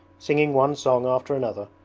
singing one song after another,